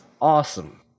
awesome